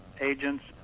agents